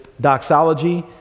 doxology